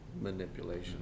manipulation